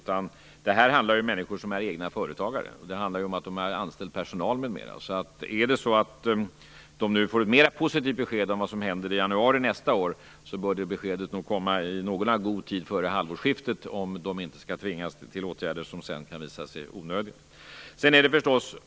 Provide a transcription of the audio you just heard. Dessa människor är ju egna företagare med anställd personal. Om de skall få ett mer positivt besked om vad som händer i januari nästa år, bör det beskedet komma i god tid före halvårsskiftet. Annars kan de tvingas vidta åtgärder som sedan visar sig vara onödiga.